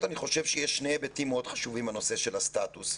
אני חושב שיש שני היבטים מאוד חשובים בנושא של הסטטוס.